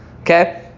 okay